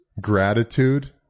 gratitude